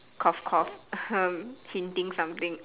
cough cough ahem hinting something